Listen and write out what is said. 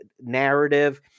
narrative